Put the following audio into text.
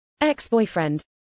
ex-boyfriend